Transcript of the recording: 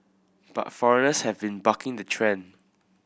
but foreigners have been bucking the trend